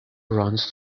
runs